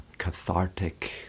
cathartic